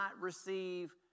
receive